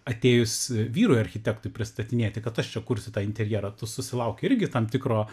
atėjus vyrui architektui pristatinėti kad aš čia kursiu tą interjerą tu susilauki irgi tam tikro